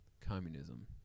Communism